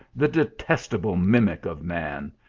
the de testable mimic of man.